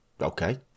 okay